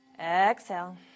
exhale